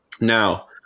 Now